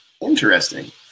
Interesting